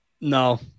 No